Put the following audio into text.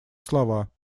слова